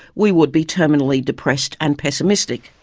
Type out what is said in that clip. we would be terminally depressed and pessimistic.